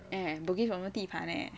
eh bugis 我们地盘 leh